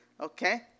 okay